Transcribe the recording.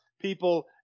people